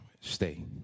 Stay